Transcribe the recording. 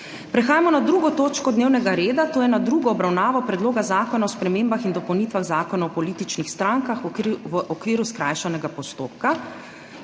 prekinjeno 2. točko dnevnega reda - tretja obravnava Predloga zakona o spremembah in dopolnitvah Zakona o političnih strankah, v okviru skrajšanega postopka.**